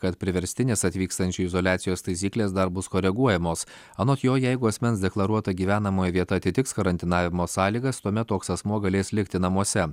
kad priverstinės atvykstančiųjų izoliacijos taisyklės dar bus koreguojamos anot jo jeigu asmens deklaruota gyvenamoji vieta atitiks karantinavimo sąlygas tuomet toks asmuo galės likti namuose